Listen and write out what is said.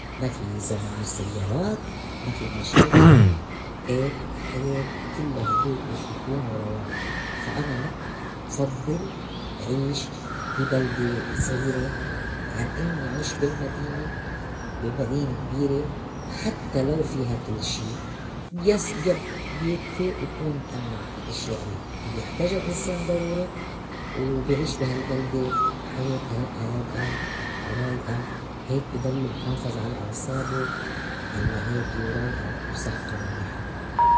ما في زمامير سيّارات، ما في مشاكل، إي حياة كلّا هُدوء وسكون وروائ فا أنا لأ بفضّل عيش بي بلدة زغيرة عن أنّي عيش بالمدينة بي مدينة كبيرة حتى لو فيها كل شي. بس بي- بيكفي يكون مأمّن الأشياء اللّي بيحتاجا الإنسان ضروري وبي عيش بهالبلدة حياة ه- هادئة ورايئة هيك بضّلوا محافظ على أعصابو ضلّا هادية ورايئة وصحتو منيحة.